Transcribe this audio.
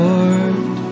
Lord